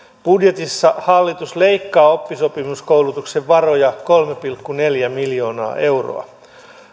budjetissa hallitus leikkaa oppisopimuskoulutuksen varoja kolme pilkku neljä miljoonaa euroa